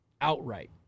outright